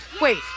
Wait